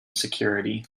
security